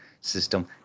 system